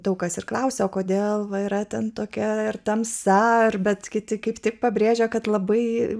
daug kas ir klausiau kodėl yra ten tokia ir tamsa ir bet kiti kaip tik pabrėžia kad labai